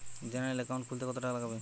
General account খুলতে কত টাকা লাগবে?